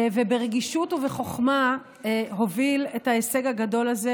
וברגישות ובחוכמה הוביל את ההישג הגדול הזה,